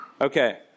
Okay